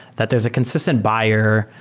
that there is a consistent buyer,